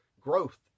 growth